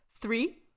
Three